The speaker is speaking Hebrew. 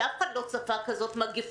כי אף אחד לא צפה כזאת מגפה,